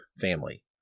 family